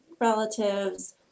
relatives